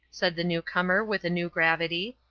said the new-comer with a new gravity.